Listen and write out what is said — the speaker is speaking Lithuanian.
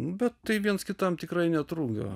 bet tai viens kitam tikrai netrukdo